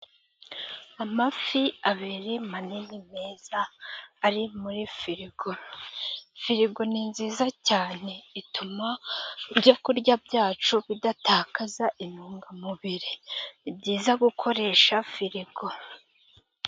Amafi abiri manini meza ari muri firigo, firigo ni nziza cyane ituma ibyo kurya byacu bidatakaza intungamubiri. Ni byiza gukoresha firigo.